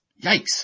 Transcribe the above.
Yikes